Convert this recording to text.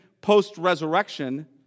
post-resurrection